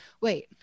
Wait